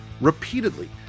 repeatedly